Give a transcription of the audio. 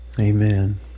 Amen